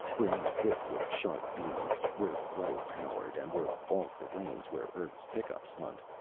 we're not equipped with sharp beams, we're low powered, and we're off the lanes where earth's pick-ups hunt.